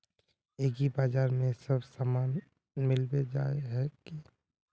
एग्रीबाजार में सब सामान मिलबे जाय है की?